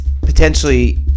potentially